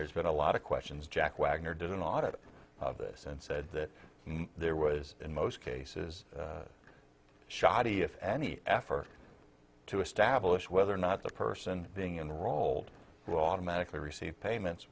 there's been a lot of questions jack wagner did an audit of this and said that there was in most cases shoddy if any effort to establish whether or not the person being in the role will automatically receive payments